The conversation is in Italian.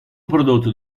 prodotto